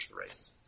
race